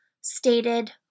stated